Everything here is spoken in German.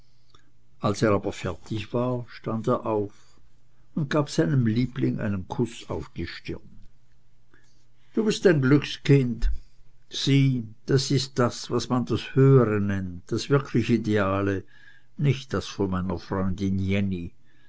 als er aber fertig war stand er auf und gab seinem liebling einen kuß auf die stirn du bist ein glückskind sieh das ist das was man das höhere nennt das wirklich ideale nicht das von meiner freundin jenny